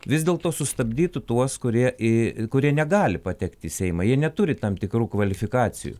vis dėlto sustabdytų tuos kurie į kurie negali patekt į seimą jie neturi tam tikrų kvalifikacijų